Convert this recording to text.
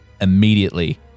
immediately